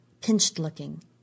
pinched-looking